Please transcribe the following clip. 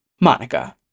Monica